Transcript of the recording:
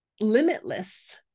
limitless